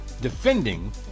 defending